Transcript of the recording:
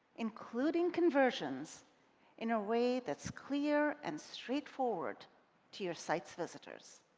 including conversions in a way that's clear and straightforward to your site's visitors